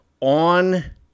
on